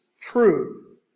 truth